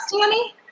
Danny